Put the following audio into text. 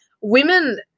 women